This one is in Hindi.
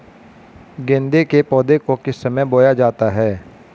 गेंदे के पौधे को किस समय बोया जाता है?